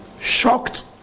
shocked